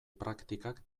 praktikak